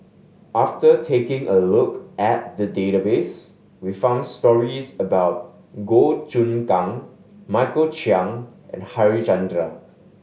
after taking a look at the database we found stories about Goh Choon Kang Michael Chiang and Harichandra